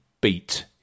beat